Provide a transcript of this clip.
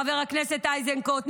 חבר הכנסת איזנקוט,